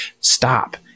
stop